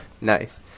nice